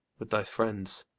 with thy friends,